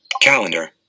calendar